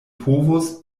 povos